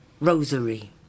Rosary